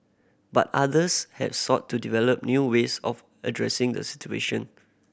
but others have sought to develop new ways of addressing the situation